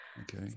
okay